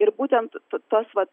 ir būtent tas vat